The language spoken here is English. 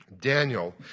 Daniel